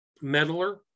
meddler